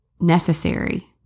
Necessary